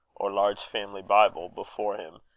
or large family bible before him,